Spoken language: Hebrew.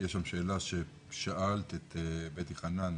יש שם שאלה ששאלת את בטי חנן,